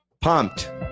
pumped